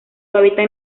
hábitat